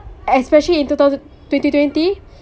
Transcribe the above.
especially in two thousand twenty twenty